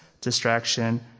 distraction